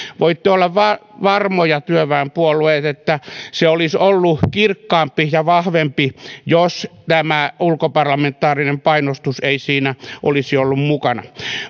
voitte olla varmoja työväenpuolueet että se olisi ollut kirkkaampi ja vahvempi jos tämä ulkoparlamentaarinen painostus ei siinä olisi ollut mukana